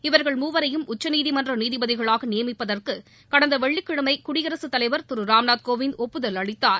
இவர்கள் மூவரையும் உச்சநீதிமன்ற நீதிபதிகளாக நியமிப்பதற்கு கடந்த வெள்ளிக்கிழமை குடியரசுத் தலைவர் திரு ராம்நாத் கோவிந்த் ஒப்புதல் அளித்தார்